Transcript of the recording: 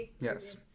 Yes